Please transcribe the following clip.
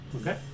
okay